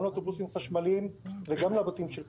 גם לאוטובוסים חשמליים וגם לבתים של כולנו,